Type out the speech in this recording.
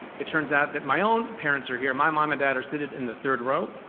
it turns out that my own parents are here. my mom and dad are seated in the third row.